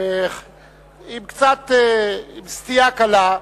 עם סטייה קטנה.